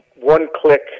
one-click